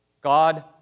God